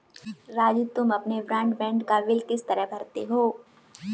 राजू तुम अपने ब्रॉडबैंड का बिल किस तरह भरते हो